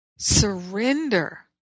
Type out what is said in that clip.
surrender